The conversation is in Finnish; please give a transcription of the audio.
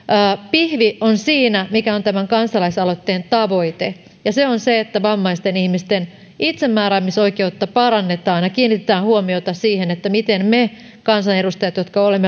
pihvi on siinä mikä on tämän kansalaisaloitteen tavoite ja se on se että vammaisten ihmisten itsemääräämisoikeutta parannetaan ja kiinnitetään huomiota siihen miten me kansanedustajat jotka olemme